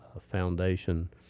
foundation